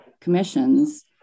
commissions